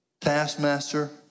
taskmaster